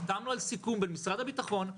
חתמנו על סיכום בין משרד הביטחון,